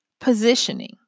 positioning